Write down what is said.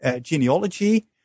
Genealogy